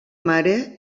mare